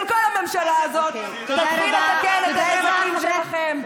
כל הממשלה הזאת תתחיל לתקן את הנזקים שלכם.